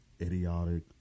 idiotic